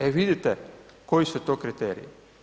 E vidite koji us to kriteriji.